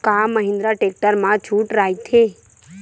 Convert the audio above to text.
का महिंद्रा टेक्टर मा छुट राइथे?